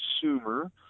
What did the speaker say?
consumer